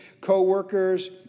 co-workers